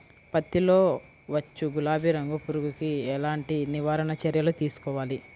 పత్తిలో వచ్చు గులాబీ రంగు పురుగుకి ఎలాంటి నివారణ చర్యలు తీసుకోవాలి?